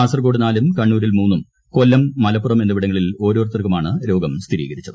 കാസർകോട് നാലും കണ്ണൂരിൽ മൂന്നും കൊല്ലം മലപ്പുറം എന്നിവിടങ്ങളിൽ ഓരോരുത്തർക്കുമാണ് രോഗം സ്ഥിരീകരിച്ചത്